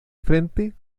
frente